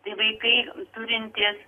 tai vaikai turintys